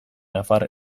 nafar